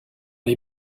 les